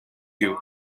you